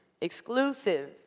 Exclusive